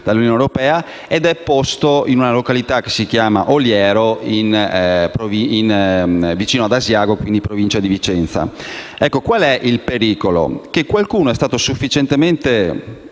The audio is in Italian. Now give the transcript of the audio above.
dall'Unione europea, ed è posto in una località che si chiama Oliero, vicino ad Asiago, in provincia di Vicenza. Qual è il pericolo? Qualcuno è stato sufficientemente